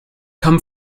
come